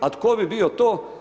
A tko bi bio to?